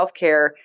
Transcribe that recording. healthcare